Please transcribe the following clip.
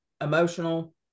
emotional